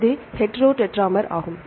இது ஹெட்டிரோடெட்ராமர் ஆகும்